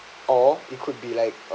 or it could be like